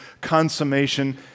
consummation